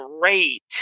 great